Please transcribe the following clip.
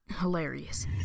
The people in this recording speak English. hilarious